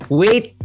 wait